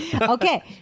Okay